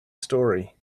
story